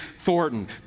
Thornton